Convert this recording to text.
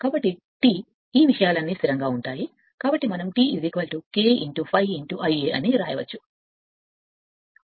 కాబట్టి T ఈ విషయాలన్నీ స్థిరంగా ఉంటాయి కాబట్టి మనం T K ∅ Ia అని వ్రాయవచ్చు 0